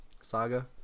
saga